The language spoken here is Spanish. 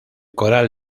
coral